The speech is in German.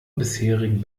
bisherigen